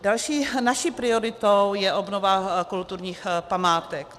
Další naší prioritou je obnova kulturních památek.